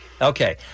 Okay